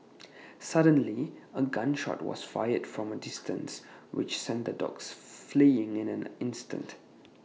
suddenly A gun shot was fired from A distance which sent the dogs fleeing in an instant